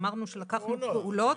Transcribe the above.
אמרתי שלקחנו פעולות